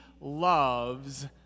loves